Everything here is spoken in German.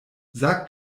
sag